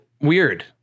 weird